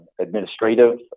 administrative